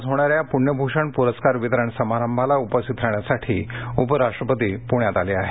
आज होणाऱ्या पूण्यभूषण पुरस्कार वितरण समारंभाला उपस्थित राहण्यासाठी उपराष्ट्रपती पुण्यात आले आहेत